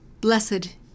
Blessed